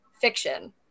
fiction